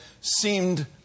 seemed